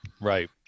Right